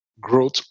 growth